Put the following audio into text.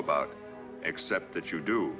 about except that you do